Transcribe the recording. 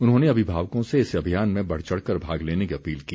उन्होंने अभिभावकों से इस अभियान में बढ़ चढ़ कर भाग लेने की अपील की